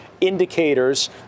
indicators